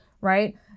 right